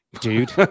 Dude